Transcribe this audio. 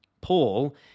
Paul